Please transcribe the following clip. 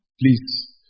Please